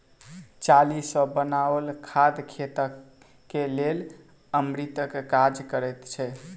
चाली सॅ बनाओल खाद खेतक लेल अमृतक काज करैत छै